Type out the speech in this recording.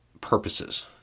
purposes